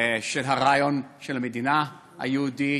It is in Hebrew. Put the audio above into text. של הרעיון של המדינה היהודית,